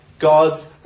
God's